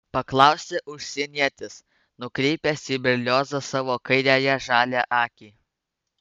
paklausė užsienietis nukreipęs į berliozą savo kairiąją žalią akį